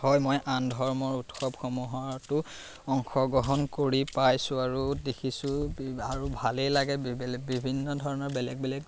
হয় মই আন ধৰ্মৰ উৎসৱসমূহতো অংশগ্ৰহণ কৰি পাইছোঁ আৰু দেখিছোঁ আৰু ভালেই লাগে বিভিন্ন ধৰণৰ বেলেগ বেলেগ